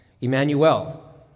Emmanuel